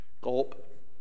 Gulp